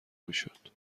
میشد